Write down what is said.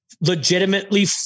legitimately